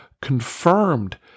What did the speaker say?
confirmed